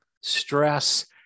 stress